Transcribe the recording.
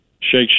Shake